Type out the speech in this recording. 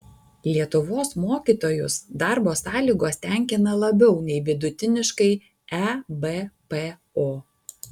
lietuvos mokytojus darbo sąlygos tenkina labiau nei vidutiniškai ebpo